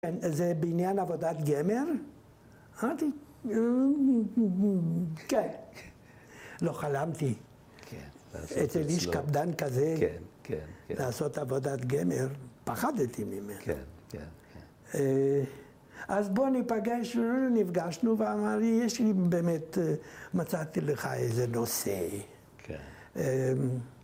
‫זה בעניין עבודת גמר? ‫אמרתי, כן. ‫לא חלמתי אצל איש קפדן כזה ‫לעשות עבודת גמר, פחדתי ממנו. ‫אז בוא נפגש, נפגשנו ואמר, ‫יש לי באמת, מצאתי לך איזה נושא. כן.